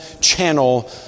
channel